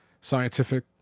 scientific